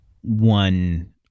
one